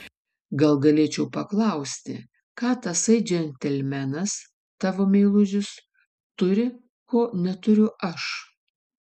gal galėčiau paklausti ką tasai džentelmenas tavo meilužis turi ko neturiu aš